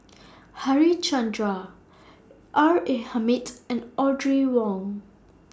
Harichandra R A Hamid and Audrey Wong